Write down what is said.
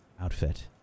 outfit